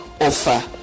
offer